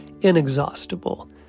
inexhaustible